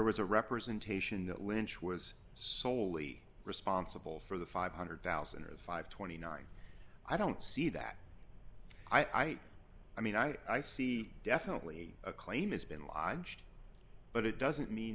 was a representation that lynch was solely responsible for the five hundred thousand or five hundred and twenty nine i don't see that ite i mean i see definitely a claim has been lodged but it doesn't mean